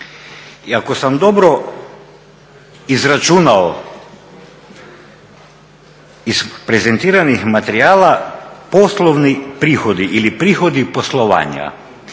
I ako sam dobro izračunao iz prezentiranih materijala poslovni prihodi ili prihodi poslovanja